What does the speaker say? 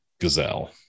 gazelle